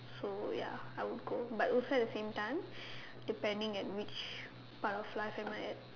so ya I would go but also at the same time depending at which part of life am I at